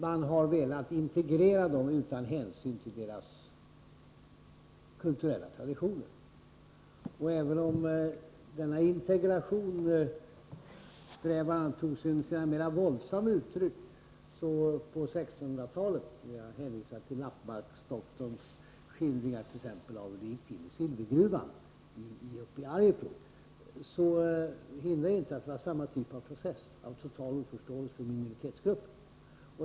Man har velat integrera dem utan hänsyn till deras kulturella traditioner. Även om denna integrationssträvan tog sig mera våldsamma uttryck på 1600-talet — jag kan hänvisa till Lappmarksdoktorns skildringar av hur det t.ex. gick till i silvergruvan i Arjeplog — hindrar det inte att det var samma typ av process och total oförståelse för en minoritetsgrupp.